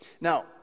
Now